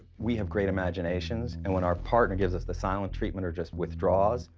we have great imaginations, and when our partner gives us the silent treatment or just withdraws,